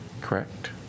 correct